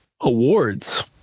awards